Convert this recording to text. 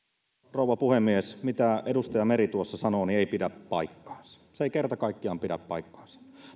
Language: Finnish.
rouva puhemies mitä edustaja meri tuossa sanoo niin ei pidä paikkaansa se ei kerta kaikkiaan pidä paikkaansa